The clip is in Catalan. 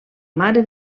mare